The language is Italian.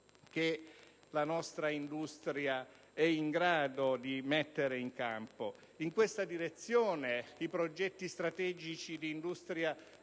che la nostra industria è in grado di mettere in campo. In questa direzione, i progetti strategici di "Industria